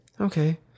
Okay